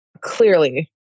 clearly